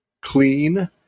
clean